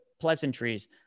pleasantries